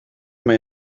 mae